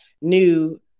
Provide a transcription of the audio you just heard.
new